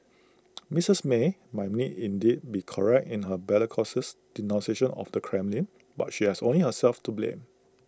Mistress may might indeed be correct in her bellicose denunciation of the Kremlin but she has only herself to blame